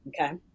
okay